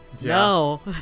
No